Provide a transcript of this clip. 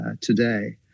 today